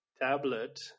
tablet